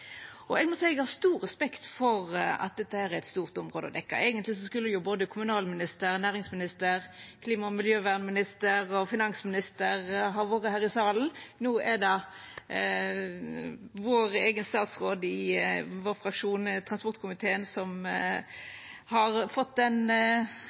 det. Eg må seia eg har stor respekt for at dette er eit stort område å dekkja. Eigentleg skulle jo både kommunalministeren, næringsministeren, klima- og miljøvernministeren og finansministeren vore her i salen. No er det vår eigen statsråd i vår fraksjon, transportkomiteen, som